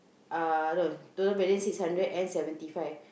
uh no total balance six hundred and seventy five